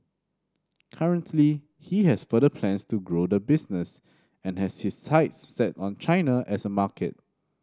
currently he has further plans to grow the business and has his sights set on China as a market